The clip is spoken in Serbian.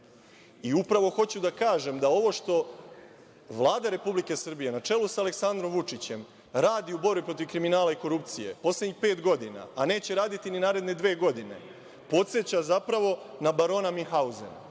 i upravo hoću da kažem da ovo što Vlada Republike Srbije, na čelu sa Aleksandrom Vučićem, radi u borbi protiv kriminala i korupcije, poslednjih pet godina, a neće raditi ni naredne dve godine, podseća na Barona Minhauzena.